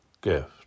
gift